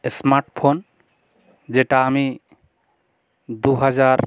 smart phone যেটা আমি দু হাজার